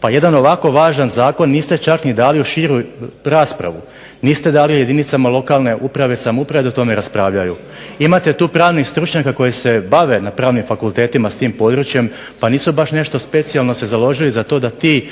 pa jedan ovako važan zakon niste čak ni dali u širu raspravu, niste dali jedinicama lokalne uprave i samouprave da o tome raspravljaju. Imate tu pravnih stručnjaka koji se bave na pravnim fakultetima s tim područjem pa nisu baš nešto specijalno se založili za to da ti